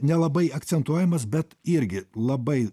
nelabai akcentuojamas bet irgi labai